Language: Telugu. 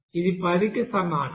అది 10 కి సమానం